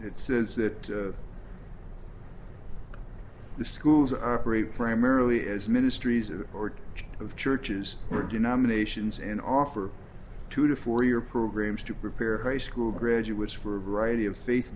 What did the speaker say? it says that the schools operate primarily as ministries of board of churches were due nominations and offer two to four year programs to prepare high school graduates for a variety of faith